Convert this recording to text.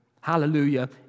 Hallelujah